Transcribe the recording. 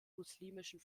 muslimischen